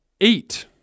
eight –